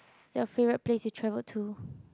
your favourite place to travel to